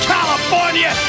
California